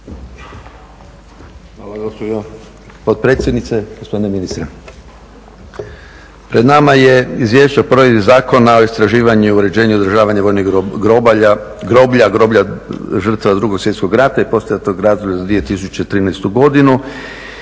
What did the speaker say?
Hvala gospođo potpredsjednice, gospodine ministre. Pred nama je Izvješće o provedbi Zakona o istraživanju, uređenju i održavanju vojnih groblja, groblja žrtva 2. svjetskog rata i poslijeratnog razdoblja za 2013. godinu